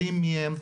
יודעים מי הם,